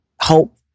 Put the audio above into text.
hope